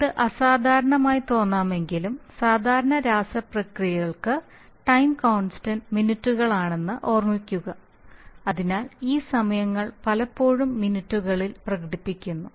ഇത് അസാധാരണമായി തോന്നാമെങ്കിലും സാധാരണ രാസപ്രക്രിയകൾക്ക് ടൈം കോൺസ്റ്റൻനറ് മിനിറ്റുകൾ ആണെന്ന് ഓർമ്മിക്കുക അതിനാൽ ഈ സമയങ്ങൾ പലപ്പോഴും മിനിറ്റുകളിൽ പ്രകടിപ്പിക്കപ്പെടുന്നു